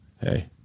Hey